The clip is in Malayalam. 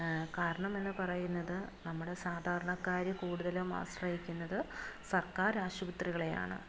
കാരണമെന്നു പറയുന്നത് നമ്മുടെ സാധാരണക്കാര് കൂടുതലും ആശ്രയിക്കുന്നത് സർക്കാർ ആശുപത്രികളെയാണ്